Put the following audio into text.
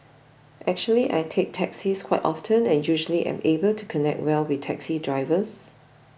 actually I take taxis quite often and usually am able to connect well with taxi drivers